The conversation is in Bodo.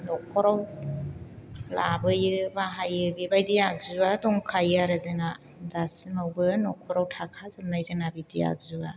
न'खराव लाबोयो बाहायो बेबायदि आगजुआ दंखायो आरो जोंना गासैनावबो न'खराव थाखाजोबनाय जोंना बिदि आगजुआ